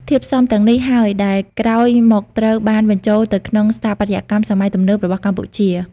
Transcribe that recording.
ធាតុផ្សំទាំងនេះហើយដែលក្រោយមកត្រូវបានបញ្ចូលទៅក្នុងស្ថាបត្យកម្មសម័យទំនើបរបស់កម្ពុជា។